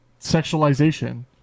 sexualization